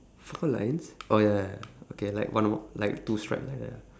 four lines oh ya ya ya okay like one more like two stripes like that ah